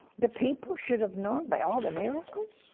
the people should've known by all the miracles